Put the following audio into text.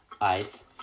eyes